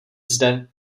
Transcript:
zde